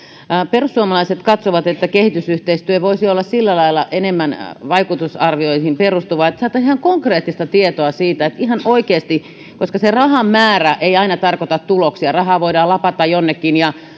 perusuomalaiset katsovat että kehitysyhteistyö voisi olla sillä lailla enemmän vaikutusarvioihin perustuvaa että saataisiin ihan konkreettista tietoa siitä ihan oikeasti se rahan määrä ei aina tarkoita tuloksia rahaa voidaan lapata jonnekin eikä